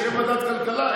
וכשתהיה ועדת כלכלה,